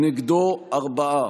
נגדו, ארבעה.